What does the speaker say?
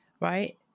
right